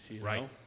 Right